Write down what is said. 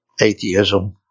atheism